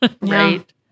Right